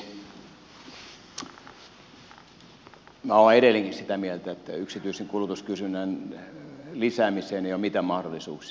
minä olen edelleenkin sitä mieltä että yksityisen kulutuskysynnän lisäämiseen ei ole mitään mahdollisuuksia